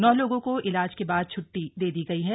नौ लोगों को इलाज के बाद छ्ट्टी दे दी गई है